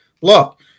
look